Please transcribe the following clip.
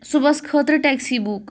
صُبحس خٲطرٕ taxi book